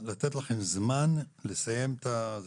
לתת לכם זמן לסיים את זה,